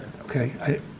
Okay